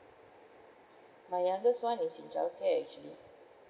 my youngest one is in childcare actually